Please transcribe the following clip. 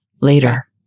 later